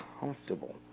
comfortable